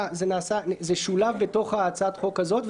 זה שולב בתוך הצעת החוק הזאת,